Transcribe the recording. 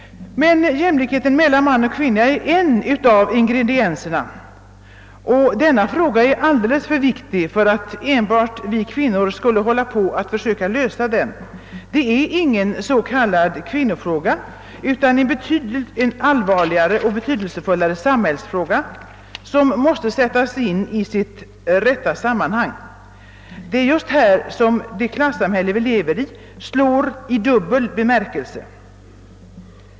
Men jämlikheten mellan man och kvinna är en av ingredienserna, och denna fråga är alldeles för viktig för att enbart vi kvinnor skulle hålla på och försöka lösa den; det är ingen s.k. kvinnofråga utan en betydligt allvarligare och betydelsefullare samhällsfråga som måste sättas in i sitt rätta sammanhang. Det är just här som det klassamhälle vi lever i slår i dubbel bemärkelse.